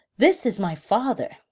this is my father,